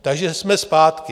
Takže jsme zpátky.